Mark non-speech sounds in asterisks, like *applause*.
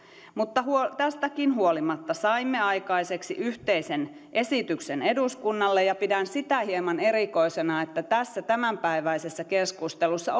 mutta tästäkin huolimatta saimme aikaiseksi yhteisen esityksen eduskunnalle ja pidän sitä hieman erikoisena että tässä tämänpäiväisessä keskustelussa *unintelligible*